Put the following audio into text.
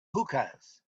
hookahs